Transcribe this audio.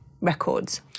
records